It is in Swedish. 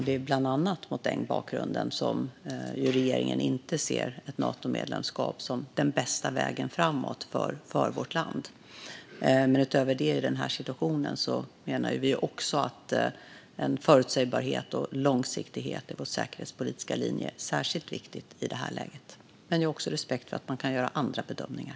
Det är bland annat mot den bakgrunden som regeringen inte ser ett Natomedlemskap som den bästa vägen framåt för vårt land. Utöver det menar vi att det är särskilt viktigt med förutsägbarhet och långsiktighet i vår säkerhetspolitiska linje i detta läge. Jag har dock respekt för att man kan göra andra bedömningar.